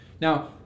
Now